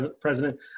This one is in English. president